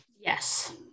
Yes